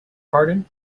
pardon